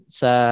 sa